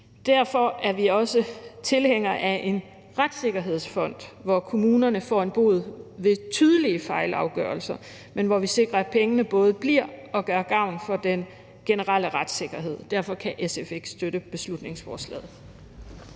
Derfor er vi også tilhængere af en retssikkerhedsfond, hvor kommunerne bliver pålagt en bod ved tydelige fejlafgørelser, men hvor vi sikrer, at pengene både bliver og gør gavn for den generelle retssikkerhed. Derfor kan SF ikke støtte beslutningsforslaget.